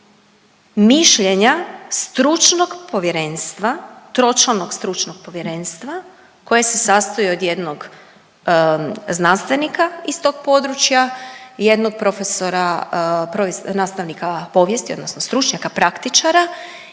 mišljenja stručnog povjerenstva, tročlanog stručnog povjerenstva koje se sastoji od jednog znanstvenika iz tog područja, jednog profesora nastavnika povijesti, odnosno stručnjaka praktičara i jednog isto